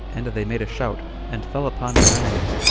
and they made a shout, and fell upon their enemies,